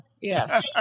Yes